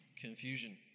confusion